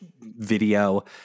video